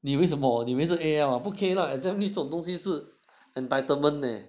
你以为什么你以为是 A_L ah 不可以啦 exam leave 这种东西是 entitlement leh